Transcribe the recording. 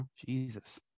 Jesus